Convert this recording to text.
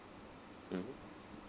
mmhmm